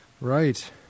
Right